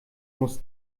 muss